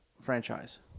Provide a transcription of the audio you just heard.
franchise